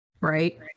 right